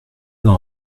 d’en